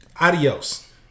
adios